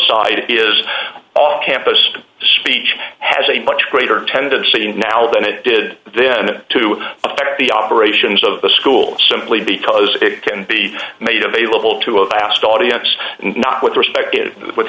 side is off campus speech has a much greater tendency now than it did then to affect the operations of the school simply because it can be made available to a vast audience not with respect with